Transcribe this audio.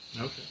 Okay